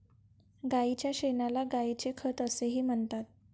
गायीच्या शेणाला गायीचे खत असेही म्हणतात